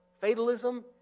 fatalism